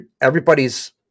everybody's